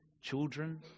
children